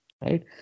right